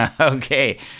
okay